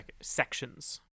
sections